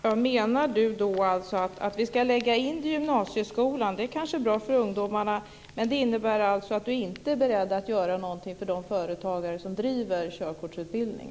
Herr talman! Menar Lars Lilja att vi ska lägga in det i gymnasieskolan? Det är kanske bra för ungdomarna. Men det innebär alltså att han inte är beredd att göra någonting för de företagare som bedriver körkortsutbildning.